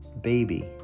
baby